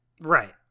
Right